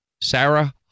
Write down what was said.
Sarah